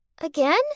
again